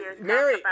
Mary